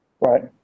Right